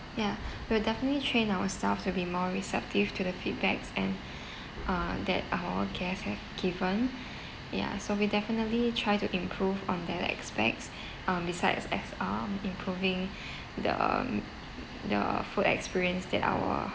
ya we'll definitely train our staff to be more receptive to the feedbacks and uh that our guest had given ya so we definitely try to improve on their expects um besides as uh improving the the food experience that our